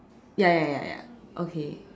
ya ya ya ya okay